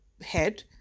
head